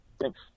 Thanks